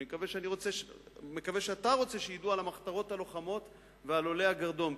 אני מקווה שאתה רוצה שידעו על המחתרות הלוחמות ועל עולי הגרדום,